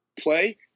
play